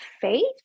faith